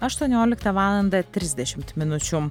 aštuonioliktą valandą trisdešimt minučių